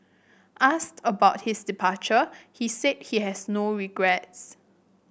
asked about his departure he said he has no regrets